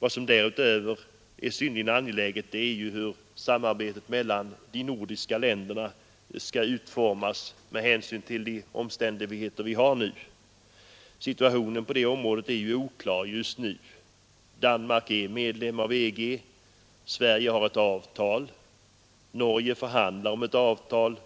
Vad som därutöver är synnerligen angeläget är ju hur samarbetet mellan de nordiska länderna skall utformas med hänsyn till de omständigheter vi har nu. Situationen på det området är ju oklar just nu. Danmark är medlem i EG, Sverige har ett avtal, Norge förhandlar om ett avtal,